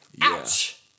ouch